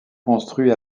construit